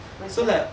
macam